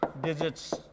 digits